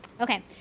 Okay